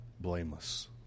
blameless